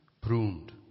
pruned